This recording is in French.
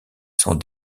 sont